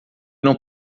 não